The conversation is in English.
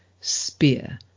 spear